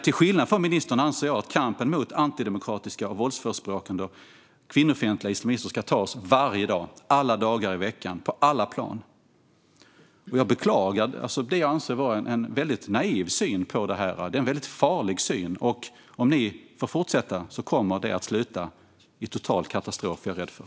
Till skillnad från ministern anser jag att kampen mot antidemokratiska, våldsförespråkande och kvinnofientliga islamister ska tas varje dag, alla dagar i veckan, på alla plan. Jag beklagar det jag anser vara en väldigt naiv syn på detta. Det är en väldigt farlig syn. Om ni får fortsätta kommer det att sluta i total katastrof, är jag rädd för.